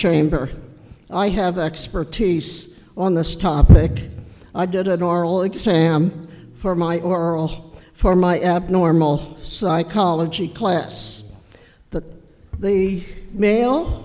chamber i have expertise on this topic i did an oral exam for my oral for my abnormal psychology class that the male